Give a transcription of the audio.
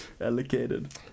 allocated